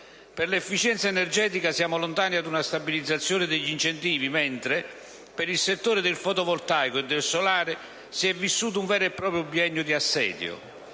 Per l'efficienza energetica siamo lontani da una stabilizzazione degli incentivi, mentre per il settore del fotovoltaico e del solare si è vissuto un vero e proprio biennio di assedio.